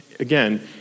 Again